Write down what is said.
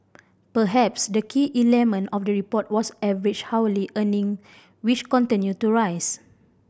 perhaps the key element of the report was average hourly earning which continue to rise